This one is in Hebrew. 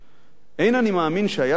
"אין אני מאמין שהיה זה מועיל,